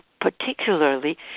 particularly